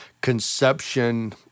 conception